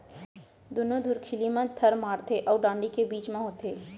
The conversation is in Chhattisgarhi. दुनो धुरखिली म थर माड़थे अउ डांड़ी के बीच म होथे